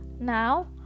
Now